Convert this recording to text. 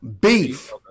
Beef